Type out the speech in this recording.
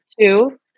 two